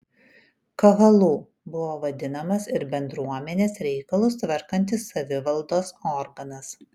kahalu buvo vadinamas ir bendruomenės reikalus tvarkantis savivaldos organas